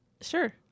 Sure